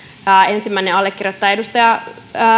ensimmäinen allekirjoittaja edustaja